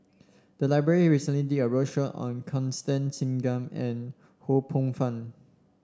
the library recently did a roadshow on Constance Singam and Ho Poh Fun